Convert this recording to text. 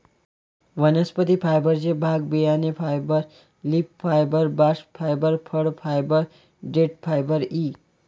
वनस्पती फायबरचे भाग बियाणे fibre, leaf fibre, bast fibre, फळ फायबर, देठ फायबर इ